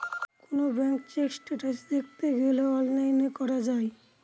কোনো bank check status দেখতে গেলে অনলাইনে করা যায়